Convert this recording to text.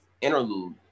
interlude